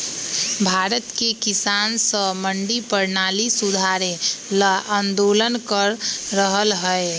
भारत के किसान स मंडी परणाली सुधारे ल आंदोलन कर रहल हए